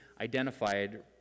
identified